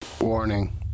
Warning